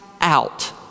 out